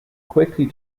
quickly